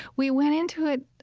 we went into it